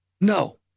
No